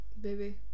Baby